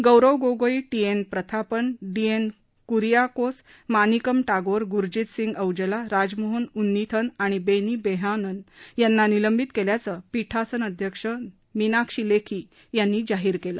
गौरव गोगोई टी एन प्रथापन डीन क्रीआकोस मानिकम टागोर ग्रजीत सिंग औजला राजमोहन ऊन्निथन आणि बेनी बेहानन यांना निलंबित केल्याचं पीठासन अध्यक्ष मिनाक्षी लेखी यांनी जाहीर केलं